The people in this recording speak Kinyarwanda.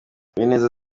uwineza